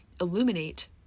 illuminate